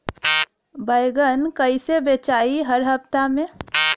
बैगन कईसे बेचाई हर हफ्ता में?